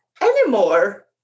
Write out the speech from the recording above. anymore